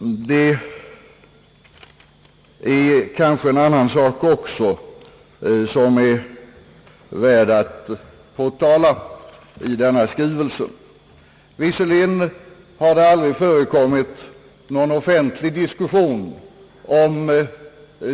Det är en annan sak i denna skrivelse, som kanske också är värd att påtalas. Visserligen har det aldrig förekommit någon offentlig diskussion om